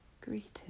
greeted